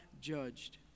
judged